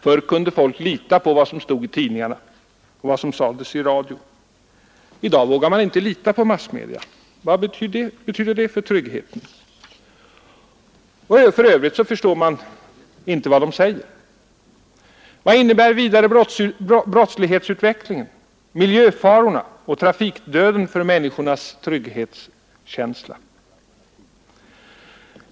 Förr kunde folk lita på vad som stod i tidningarna och vad som sades i radio. I dag vågar man inte lita på massmedia. Vad betyder detta för tryggheten? Och för övrigt förstår man inte vad de säger. Vad innebär vidare brottslighetsutvecklingen, miljöfarorna och trafikdöden för människornas trygghetskänsla?